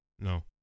no